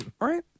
Right